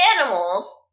animals